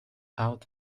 out